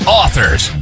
authors